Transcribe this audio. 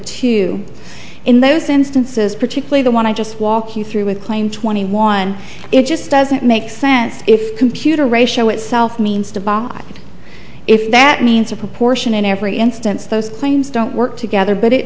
two in those instances particularly the want to just walk you through with claim twenty one it just doesn't make sense if computer ratio itself means to bot if that means a proportion in every instance those things don't work together but it